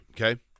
Okay